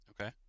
Okay